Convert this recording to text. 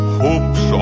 hopes